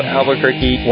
Albuquerque